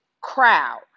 crowd